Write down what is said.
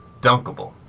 dunkable